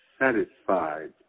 satisfied